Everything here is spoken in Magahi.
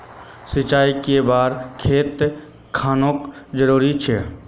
सिंचाई कै बार खेत खानोक जरुरी छै?